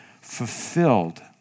fulfilled